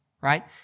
right